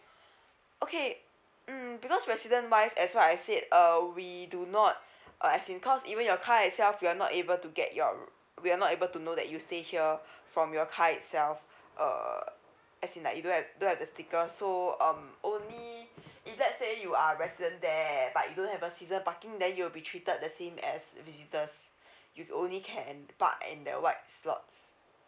okay mm because resident wise as what I said uh we do not uh as in cause even your car itself we are not able to get your we are not able to know that you stay here from your car itself uh as in like you don't have don't have the sticker so um only if let's say you are resident there but you don't have a season parking then you'll be treated the same thing as visitor you only can park at the white slots